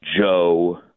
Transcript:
Joe